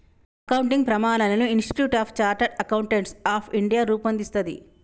accounting ప్రమాణాలను institute of chartered accountants of India రూపొందిస్తది